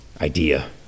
idea